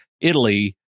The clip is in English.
Italy